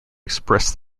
express